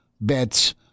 bets